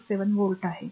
67 volt आहे